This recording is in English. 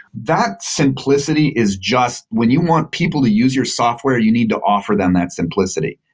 that simplicity is just when you want people to use your software, you need to offer them that simplicity.